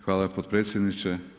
Hvala potpredsjedniče.